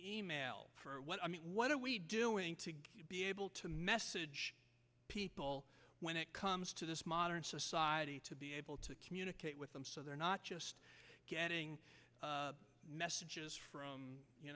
e mail for what i mean what are we doing to be able to message people when it comes to this modern society to be able to communicate with them so they're not just getting messages from